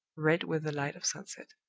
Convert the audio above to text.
red with the light of sunset.